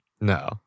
No